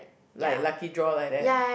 like lucky draw like that